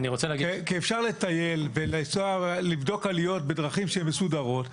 כי אפשר לטייל ולבדוק עליות בדרכים שהן מסודרות,